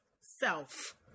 self